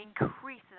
increase